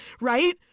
right